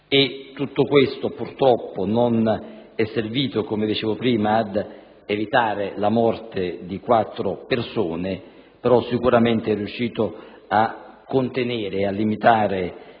tutto questo, purtroppo, non è servito - come dicevo prima - ad evitare la morte di quattro persone, è però sicuramente riuscito a contenere e a limitare